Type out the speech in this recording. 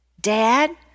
Dad